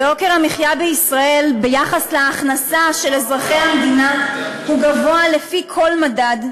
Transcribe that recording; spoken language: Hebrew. יוקר המחיה בישראל ביחס להכנסה של אזרחי המדינה הוא גבוה לפי כל מדד,